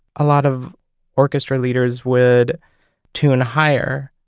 a lot of orchestra leaders would tune higher.